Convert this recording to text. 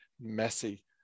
messy